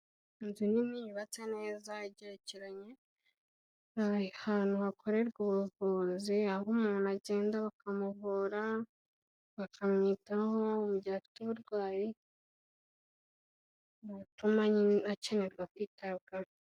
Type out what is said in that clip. Inzu nini yubatse neza igerekeranye, ahantu hakorerwa ubuvuzi, aho umuntu agenda bakamuvura, bakamwitaho uburwayi butuma nyine akenerwa kwitabwaho.